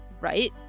right